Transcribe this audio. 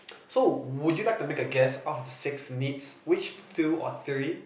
so would you like to make a guess out of the six needs which two or three